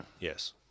Yes